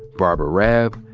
barbara raab,